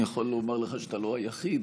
אני יכול לומר לך שאתה לא היחיד,